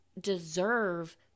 deserve